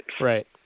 Right